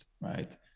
right